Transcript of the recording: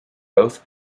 both